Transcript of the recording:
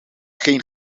geen